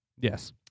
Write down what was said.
Yes